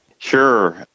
Sure